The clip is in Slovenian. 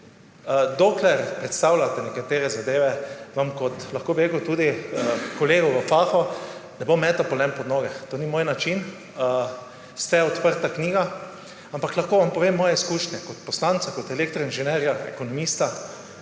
dokler predstavljate nekatere zadeve, vam kot, lahko bi rekel, kolega v fahu, ne bom metal polen pod noge. To ni moj način, ste odprta knjiga. Ampak lahko vam povem moje izkušnje kot poslanca, kot elektroinženirja, ekonomista.